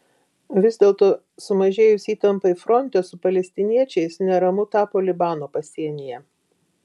vis dėlto sumažėjus įtampai fronte su palestiniečiais neramu tapo libano pasienyje